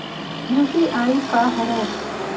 UPI का हरय?